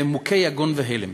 והם מוכי יגון והלם,